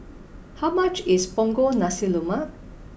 how much is Punggol Nasi Lemak